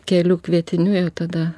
kelių kvietinių jau tada